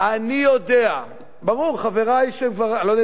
מי לוקח את הצ'קים?